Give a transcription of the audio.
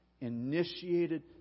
initiated